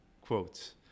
quotes